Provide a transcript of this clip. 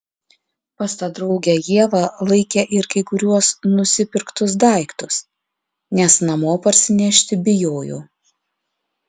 pas tą draugę ieva laikė ir kai kuriuos nusipirktus daiktus nes namo parsinešti bijojo